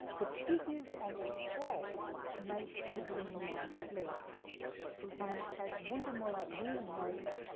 the figures on the scroll make the demon flee and as wundermulla luna notes,